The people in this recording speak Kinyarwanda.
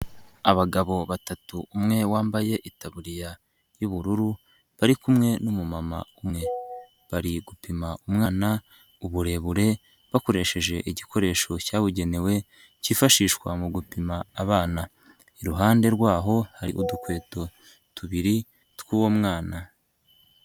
Abagabo batatu umwe wambaye itaburiya y'ubururu, bari kumwe n'umumama umwe, bari gupima umwana uburebure, bakoresheje igikoresho cyabugenewe cyifashishwa mu gupima abana, iruhande rwabo hari udukweto tubiri twuwo mwana.